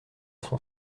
son